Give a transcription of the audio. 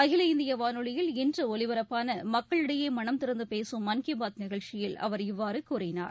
அகில இந்திய வானொலியில் இன்று ஒலிபரப்பான மக்களிடையே மனந்திறந்து பேசும் மன்கி பாத் நிகழ்ச்சியில் அவர் இவ்வாறு கூறினார்